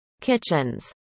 kitchens